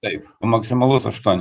taip o maksimalus aštuoni